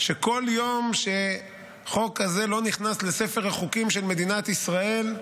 שכל יום שחוק כזה לא נכנס לספר החוקים של מדינת ישראל,